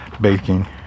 baking